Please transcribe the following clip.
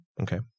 Okay